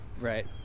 Right